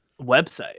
website